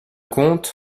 comte